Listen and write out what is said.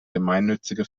gemeinnützige